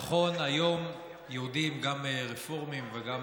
נכון, היום יהודים, גם רפורמים וגם